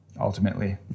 ultimately